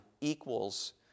equals